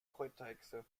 kräuterhexe